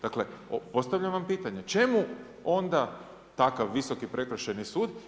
Dakle postavljam vam pitanje, čemu onda takav visoki prekršajni sud?